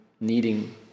needing